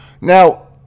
now